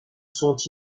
sont